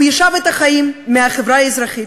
הוא ישאב את החיים מהחברה האזרחית,